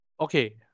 Okay